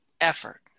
effort